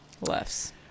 Lefts